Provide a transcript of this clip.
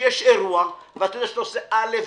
שיש אירוע ואתה יודע שעושה א',